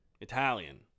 Italian